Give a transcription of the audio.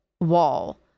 wall